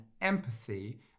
empathy